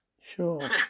sure